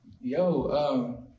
Yo